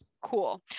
Cool